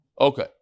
Okay